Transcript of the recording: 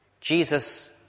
Jesus